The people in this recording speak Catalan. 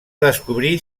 descobrir